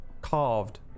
carved